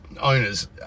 owners